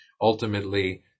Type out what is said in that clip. ultimately